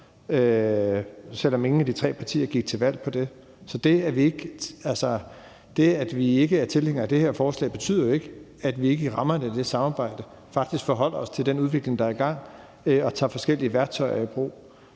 selv om ingen af de tre partier gik til valg på det. Så det, at vi ikke er tilhængere af det her forslag, betyder jo ikke, at vi ikke i rammerne af det samarbejde faktisk forholder os til den udvikling, der er i gang, og tager forskellige værktøjer i brug.